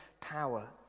power